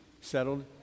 settled